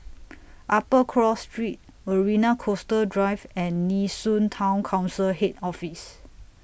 Upper Cross Street Marina Coastal Drive and Nee Soon Town Council Head Office